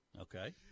Okay